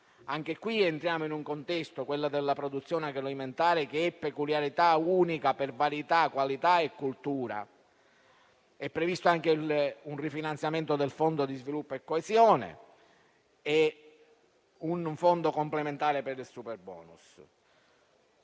Anche qui entriamo in un contesto, quello della produzione agroalimentare, che è peculiarità unica per varietà, qualità e cultura. È previsto anche un rifinanziamento del Fondo per lo sviluppo e la coesione e un fondo complementare per il superbonus.